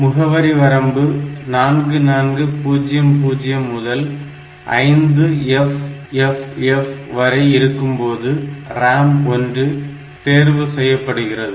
முகவரி வரம்பு 4400 முதல் 5FFF வரை இருக்கும்போது RAM1 தெரிவுசெய்யபடுகிறது